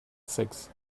sex